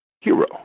hero